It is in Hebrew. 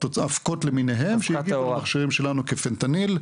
אבקות למיניהם, זוהו כפנטניל,